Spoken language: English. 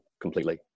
completely